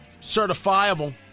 Certifiable